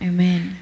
Amen